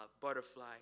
Butterfly